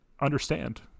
understand